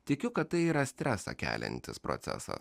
tikiu kad tai yra stresą keliantis procesas